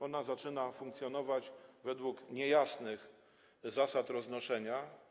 Ona zaczyna funkcjonować według niejasnych zasad roznoszenia.